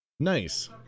Nice